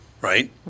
right